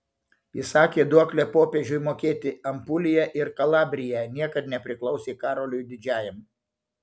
įsakė duoklę popiežiui mokėti apulija ir kalabrija niekad nepriklausė karoliui didžiajam